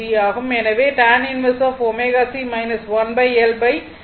எனவே ஆகும்